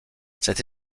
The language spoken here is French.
cette